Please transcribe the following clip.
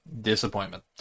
disappointment